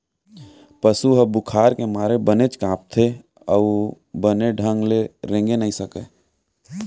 पसु ह बुखार के मारे बनेच कांपथे अउ बने ढंग ले रेंगे नइ सकय